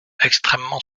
extrêmement